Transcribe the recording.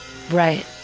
Right